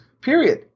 period